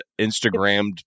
Instagrammed